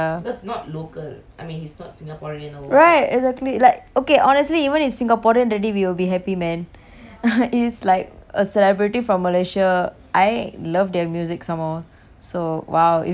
right exactly like okay honestly even if Singaporean already we will be happy man is like a celebrity from Malaysia I love their music some more so !wow! if they like calling my name also I'll be like damn happy eh